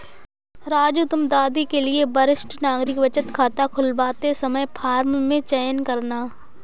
राजू तुम दादी के लिए वरिष्ठ नागरिक बचत खाता खुलवाते समय फॉर्म में चयन करना